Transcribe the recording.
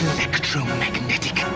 Electromagnetic